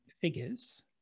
figures